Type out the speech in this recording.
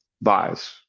buys